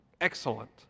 Excellent